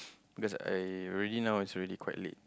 because I already now is really quite late